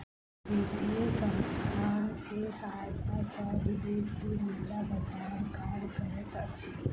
वित्तीय संसथान के सहायता सॅ विदेशी मुद्रा बजार कार्य करैत अछि